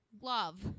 love